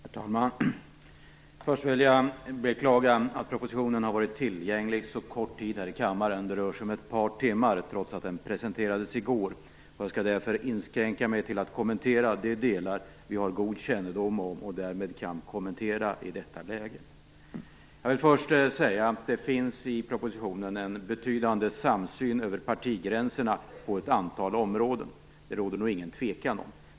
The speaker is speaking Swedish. Herr talman! Först vill jag beklaga att propositionen har varit tillgänglig så kort tid här i kammaren. Det rör sig om ett par timmar, trots att den presenterades i går. Jag skall därför inskränka mig till att kommentera de delar vi har god kännedom om och därmed kan kommentera i detta läge. Det finns i propositionen en betydande samsyn över partigränserna på ett antal områden. Det råder det nog ingen tvekan om.